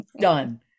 Done